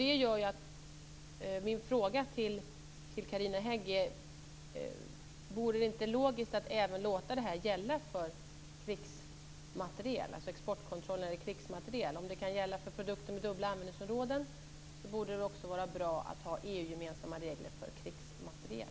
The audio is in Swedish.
Det gör att min fråga till Carina Hägg blir: Vore det inte logiskt att låta exportkontrollen även gälla för krigsmateriel? Om den kan gälla för produkter med dubbla användningsområden, så borde det också vara bra att ha EU-gemensamma regler för krigsmateriel.